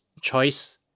choice